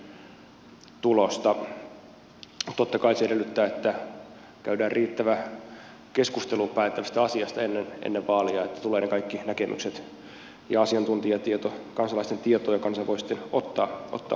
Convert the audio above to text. totta kai se edellyttää että käydään riittävä keskustelu päätettävästä asiasta ennen vaaleja että kaikki näkemykset ja asiantuntijatieto tulevat kansalaisten tietoon ja kansa voi sitten ottaa halutessaan kantaa